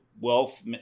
wealth